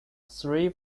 three